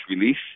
release